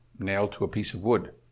nailed to a piece of wood.